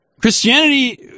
Christianity